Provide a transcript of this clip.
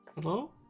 Hello